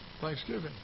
thanksgiving